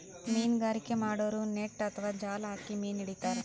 ಮೀನ್ಗಾರಿಕೆ ಮಾಡೋರು ನೆಟ್ಟ್ ಅಥವಾ ಜಾಲ್ ಹಾಕಿ ಮೀನ್ ಹಿಡಿತಾರ್